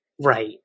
right